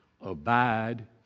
Abide